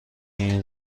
این